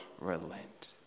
relent